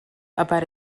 about